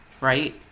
right